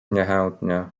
niechętnie